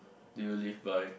do you live by